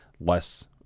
less